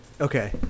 Okay